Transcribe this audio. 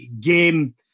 game